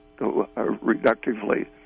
reductively